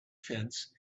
fence